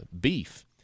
beef